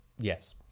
yes